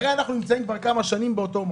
הרי אנחנו נמצאים כבר כמה שנים באותו מקום,